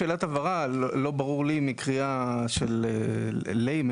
שאלת הבהרה: לא ברור לי מקריאה של מישהו